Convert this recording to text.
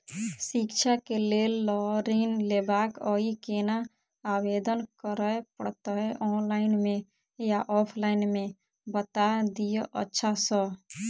शिक्षा केँ लेल लऽ ऋण लेबाक अई केना आवेदन करै पड़तै ऑनलाइन मे या ऑफलाइन मे बता दिय अच्छा सऽ?